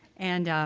and